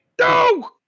No